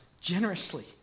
generously